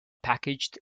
packaged